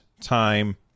time